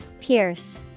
Pierce